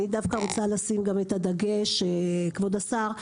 אני דווקא רוצה לשים את הדגש, כבוד השר,